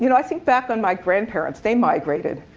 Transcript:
you know i think back on my grandparents. they migrated.